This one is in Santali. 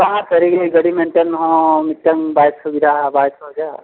ᱵᱟᱝᱟ ᱥᱟᱹᱨᱤᱜᱮ ᱜᱟᱹᱰᱤ ᱢᱮᱱᱛᱮᱫ ᱦᱚᱸ ᱢᱤᱫᱴᱮᱱ ᱵᱟᱭ ᱥᱩᱵᱤᱫᱷᱟᱣᱟ ᱵᱟᱭ ᱥᱚᱦᱚᱡᱟ